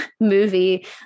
movie